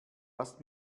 hast